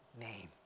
name